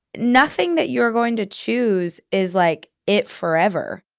nothing that you're going to choose is like it forever